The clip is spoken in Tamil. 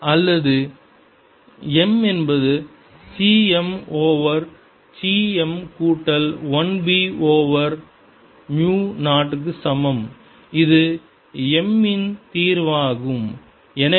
அல்லது m என்பது c m over c m கூட்டல் 1 b ஓவர் மு 0 சமம் இது m இன் தீர்வாகும் எனவே